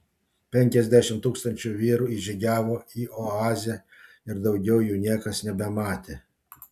penkiasdešimt tūkstančių vyrų įžygiavo į oazę ir daugiau jų niekas nebematė